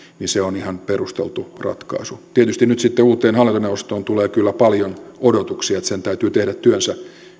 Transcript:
on ihan perusteltu ratkaisu tietysti nyt sitten uudelle hallintoneuvostolle tulee kyllä paljon odotuksia ja sen täytyy tehdä työnsä